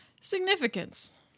Significance